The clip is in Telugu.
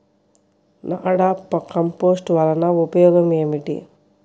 నాడాప్ కంపోస్ట్ వలన ఉపయోగం ఏమిటి?